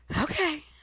Okay